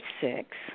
six